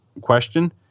question